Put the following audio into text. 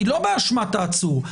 לא באשמת העצור.